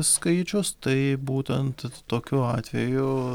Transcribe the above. skaičius tai būtent tokiu atveju